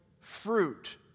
fruit